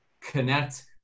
connect